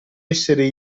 essere